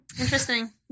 Interesting